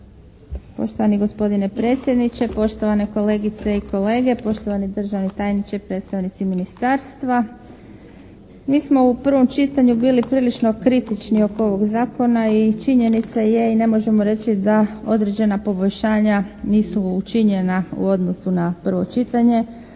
Poštovani gospodine predsjedniče, poštovane kolegice i kolege, poštovani državni tajniče, predstavnici ministarstva. Mi smo u prvom čitanju bili prilično kritični oko zakona i činjenica je i ne možemo reći da određena poboljšanja nisu učinjena u odnosu na prvo čitanje.